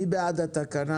מי בעד התקנה?